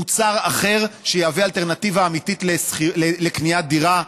מוצר אחר, שיהווה אלטרנטיבה אמיתית לקניית דירה.